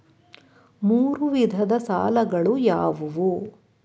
ಮೂರು ವಿಧದ ಸಾಲಗಳು ಯಾವುವು?